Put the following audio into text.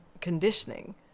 conditioning